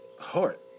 heart